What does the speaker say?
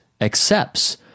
accepts